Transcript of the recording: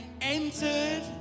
entered